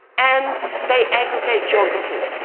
and they aggregate geography.